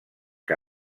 que